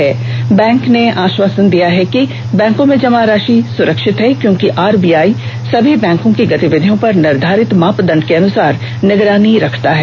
reserve Bank ने आश्वासन दिया है कि बैंको में जमा राशि सुरक्षित है क्योंकि आरबीआई सभी बैंको की गतिविधियों पर निर्धारित मापदंड के अनुसार निगरानी रखता है